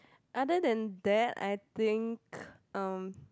other than that I think um